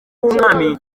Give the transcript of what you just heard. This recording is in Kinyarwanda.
w’umwami